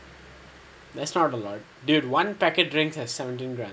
that's not a lot dude one packet drink has seventeen grammes